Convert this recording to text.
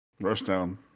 Rushdown